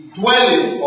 dwelling